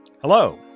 Hello